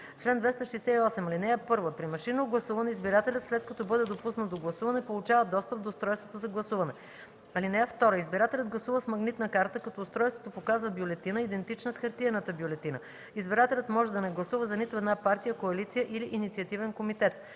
Чл. 268. (1) При машинно гласуване избирателят, след като бъде допуснат до гласуване, получава достъп до устройството за гласуване. (2) Избирателят гласува с магнитна карта, като устройството показва бюлетина, идентична с хартиената бюлетина. Избирателят може да не гласува за нито една партия, коалиция или инициативен комитет.